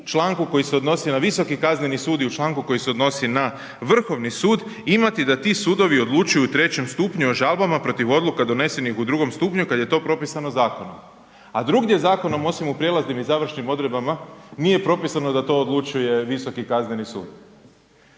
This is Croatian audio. članku koji se odnosi na Visoki kazneni sud i u članku koji se odnosi na Vrhovni sud imati da ti sudovi odlučuju u trećem stupnju o žalbama protiv odluka donesenih u drugom stupnju kada je to propisano zakonom. A drugdje zakonom osim u prijelaznim i završnim odredbama nije propisano da to odlučuje Visoki kazneni sud.